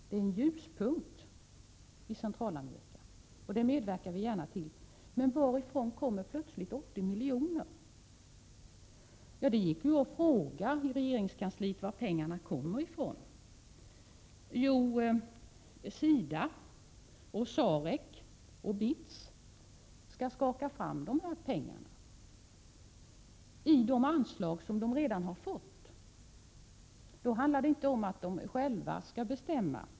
Det är en ljuspunkt i Centralamerika. Detta medverkar vi gärna till. Men varifrån kommer plötsligt 80 miljoner? Jag frågade regeringskansliet var pengarna kommer ifrån. Jo, SIDA, SAREC och BITS skulle skaka fram pengarna, från de anslag som de redan har fått. Då handlar det inte om att de själva skall bestämma.